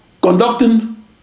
Conducting